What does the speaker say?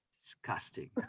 disgusting